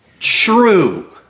true